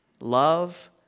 love